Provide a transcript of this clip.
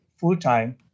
full-time